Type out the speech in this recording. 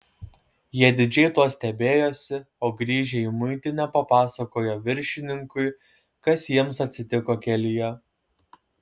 jie didžiai tuo stebėjosi o grįžę į muitinę papasakojo viršininkui kas jiems atsitiko kelyje